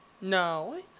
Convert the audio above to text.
No